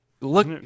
look